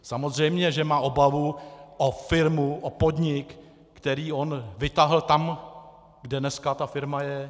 Samozřejmě že má obavu o firmu, o podnik, který vytáhl tam, kde dneska ta firma je.